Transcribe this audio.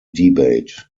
debate